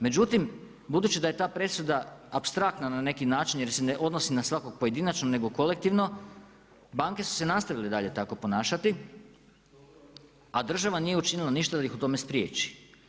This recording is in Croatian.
Međutim budući da je ta presuda apstraktna na neki način jer se ne odnosi na svakog pojedinačno nego kolektivno, banke su se nastavile dalje tako ponašati a država nije učinila ništa da ih u tome spriječi.